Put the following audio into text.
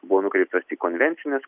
buvo nukreiptas į konvencines